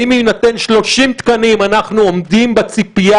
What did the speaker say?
האם בהינתן 30 תקנים אנחנו עומדים בציפייה